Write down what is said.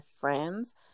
friends